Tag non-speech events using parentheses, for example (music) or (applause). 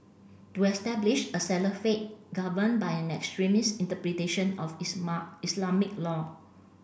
to establish a (unintelligible) governed by an extremist interpretation of (unintelligible) Islamic law